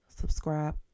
subscribe